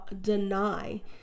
deny